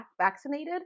vaccinated